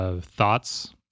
thoughts